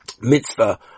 mitzvah